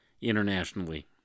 internationally